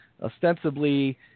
ostensibly –